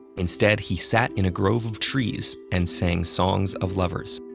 instead, he sat in a grove of trees and sang songs of lovers.